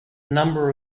number